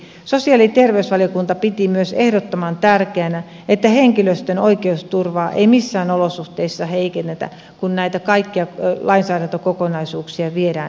sosiaali ja terveysvaliokunta piti myös ehdottoman tärkeänä että henkilöstön oikeusturvaa ei missään olosuhteissa heikennetä kun näitä kaikkia lainsäädäntökokonaisuuksia viedään eteenpäin